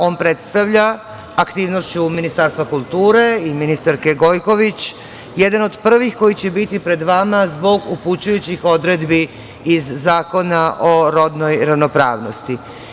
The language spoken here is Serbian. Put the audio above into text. On predstavlja, aktivnošću Ministarstva kulture i ministarke Gojković, jedan od prvih koji će biti pred vama zbog upućujućih odredbi iz Zakona o rodnoj ravnopravnosti.